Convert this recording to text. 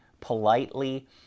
politely